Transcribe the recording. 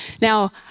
Now